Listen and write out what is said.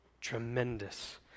tremendous